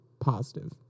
positive